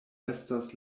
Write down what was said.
estas